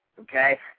Okay